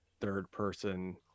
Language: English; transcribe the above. third-person